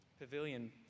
pavilion